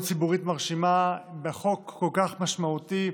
ציבורית מרשימה בחוק כל כך משמעותי,